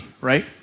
right